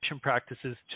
practices